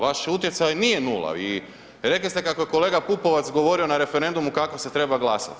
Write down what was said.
Vaš utjecaj nije nula i rekli ste kako je kolega Pupovac govorio na referendumu kako se treba glasati.